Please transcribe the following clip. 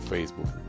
Facebook